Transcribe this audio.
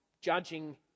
judging